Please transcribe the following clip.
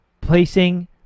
placing